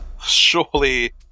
Surely